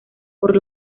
por